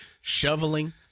shoveling